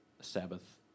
Sabbath